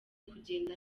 kugenda